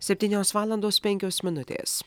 septynios valandos penkios minutės